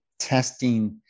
testing